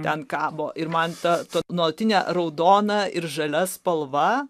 ten kabo ir man ta ta nuolatinė raudona ir žalia spalva